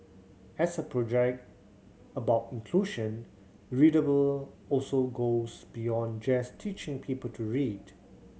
as a project about inclusion readable also goes beyond just teaching people to read